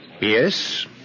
Yes